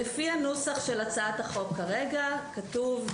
לפי הנוסח של הצעת החוק כרגע כתוב: